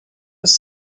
was